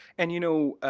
and, you know,